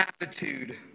attitude